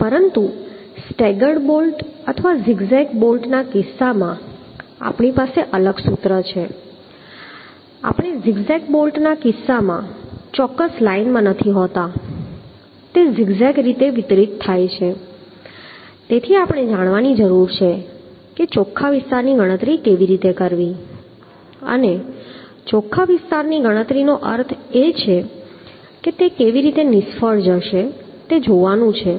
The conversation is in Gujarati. પરંતુ સ્ટેગર્ડ બોલ્ટ અથવા ઝિગ ઝેગ બોલ્ટ ના કિસ્સામાં આપણી પાસે અલગ સૂત્ર છે આપણે ઝિગ ઝેગ બોલ્ટ માં બોલ્ટ ચોક્કસ લાઇનમાં નથી તે ઝિગ ઝેગ રીતે વિતરિત થાય છે તેથી આપણે જાણવાની જરૂર છે ચોખ્ખા વિસ્તારની ગણતરી કેવી રીતે કરવી અને ચોખ્ખા વિસ્તારની ગણતરીનો અર્થ એ છે કે તે કેવી રીતે નિષ્ફળ જશે તે જોવાનું છે